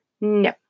no